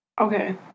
Okay